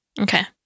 Okay